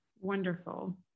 Wonderful